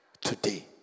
today